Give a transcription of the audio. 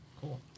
Cool